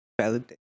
validate